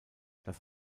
das